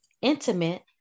intimate